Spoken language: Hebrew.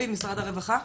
המשנה למנכ"ל,